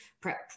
prep